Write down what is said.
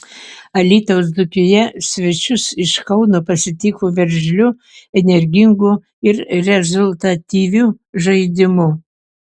alytaus dzūkija svečius iš kauno pasitiko veržliu energingu ir rezultatyviu žaidimu